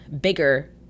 bigger